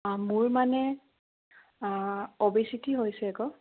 মোৰ মানে অবিচিতি হৈছে আকৌ